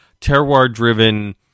terroir-driven